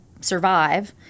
survive